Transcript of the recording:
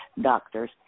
doctors